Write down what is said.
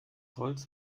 holz